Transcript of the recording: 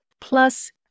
Plus